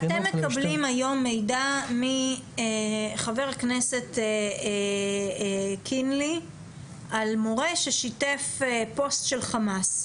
אתם מקבלים היום מידע מחבר הכנסת קינלי על מורה ששיתף פוסט של חמאס.